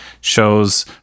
shows